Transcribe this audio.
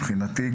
מבחינתי,